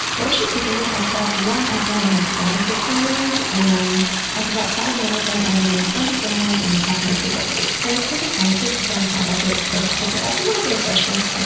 while this is cooking, i cut up one apple and like five or six strawberries, and then after about five minutes, i'm adding in a bunch of cinnamon and half of my pre-cut fruit. i like saving half of it to put on top after it's cooked because it adds a little bit of freshness. i